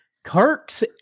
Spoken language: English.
Kirk's